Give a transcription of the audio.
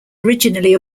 originally